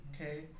Okay